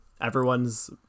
everyone's